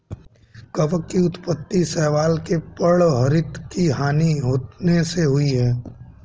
कवक की उत्पत्ति शैवाल में पर्णहरित की हानि होने से हुई है